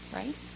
right